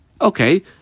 Okay